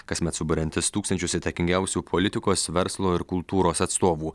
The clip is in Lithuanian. kasmet suburiantis tūkstančius įtakingiausių politikos verslo ir kultūros atstovų